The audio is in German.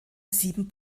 sieben